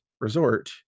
resort